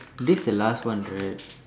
this the last one right